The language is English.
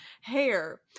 hair